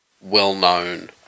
well-known